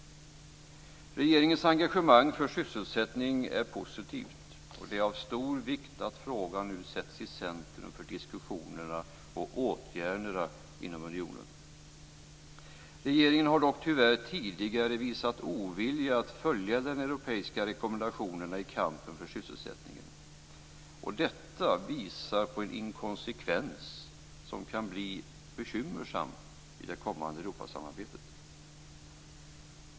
Regeringens engagemang för sysselsättning är positivt, och det är av stor vikt att frågan nu sätts i centrum för diskussionerna och åtgärderna inom unionen. Regeringen har dock tyvärr tidigare visat ovilja att följa de europeiska rekommendationerna i kampen för sysselsättningen, och detta visar på en inkonsekvens som kan bli bekymmersam i det kommande Europasamarbetet.